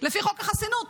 לפי חוק החסינות,